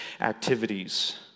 activities